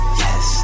yes